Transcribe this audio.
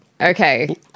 Okay